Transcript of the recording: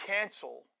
cancel